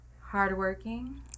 Hardworking